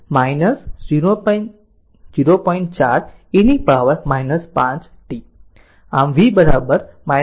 4 e power 5 t આમ v 1